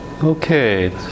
okay